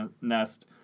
nest